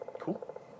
cool